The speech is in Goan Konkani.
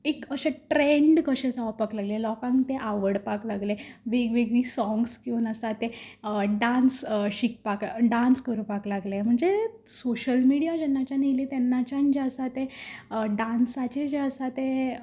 एक अशें ट्रेंड कशें जावपाक लागलें लोकांक तें आवडपाक लागलें वेगवेगळी साँग्स घेवन आसा तें डांस शिकपाक डान्स करपाक लागले म्हणजे सोशल मिडिया जेन्नाच्यान येयली तेन्नाच्यान जें आसा तें डान्साचे जें आसा तें